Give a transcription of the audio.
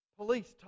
police